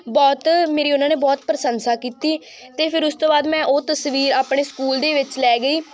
ਬਹੁਤ ਮੇਰੀ ਉਹਨਾਂ ਨੇ ਬਹੁਤ ਪ੍ਰਸੰਸਾ ਕੀਤੀ ਅਤੇ ਫਿਰ ਉਸ ਤੋਂ ਬਾਅਦ ਮੈਂ ਉਹ ਤਸਵੀਰ ਆਪਣੇ ਸਕੂਲ ਦੇ ਵਿੱਚ ਲੈ ਗਈ